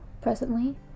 presently